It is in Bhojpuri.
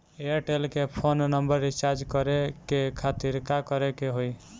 एयरटेल के फोन नंबर रीचार्ज करे के खातिर का करे के होई?